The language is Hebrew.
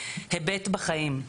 היבטי החיים.